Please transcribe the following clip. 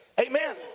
Amen